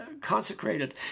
consecrated